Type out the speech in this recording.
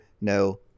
no